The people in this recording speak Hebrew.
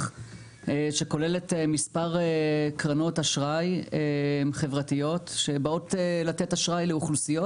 שכוללת מספר קרנות אשראי חברתיות שבאות לתת אשראי לאוכלוסיות